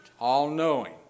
all-knowing